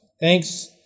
Thanks